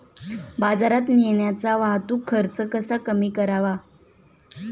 बाजारात नेण्याचा वाहतूक खर्च कसा कमी करावा?